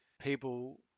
people